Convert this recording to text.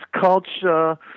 culture